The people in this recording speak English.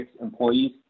employees